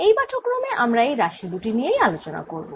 এই পাঠক্রমে আমরা এই রাশি দুটি নিয়েই আলোচনা করব